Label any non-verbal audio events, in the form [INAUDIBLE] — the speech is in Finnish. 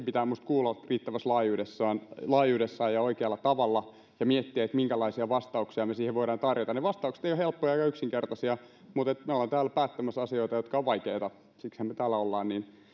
[UNINTELLIGIBLE] pitää minusta kuulla riittävässä laajuudessa ja oikealla tavalla ja miettiä minkälaisia vastauksia me siihen voimme tarjota ne vastaukset eivät ole helppoja eivätkä yksinkertaisia mutta me olemme täällä päättämässä asioita jotka ovat vaikeita siksihän me täällä olemme